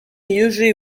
usually